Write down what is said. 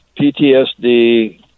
PTSD